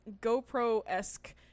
GoPro-esque